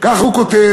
כך הוא כותב.